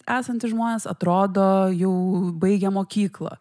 esantys žmonės atrodo jau baigę mokyklą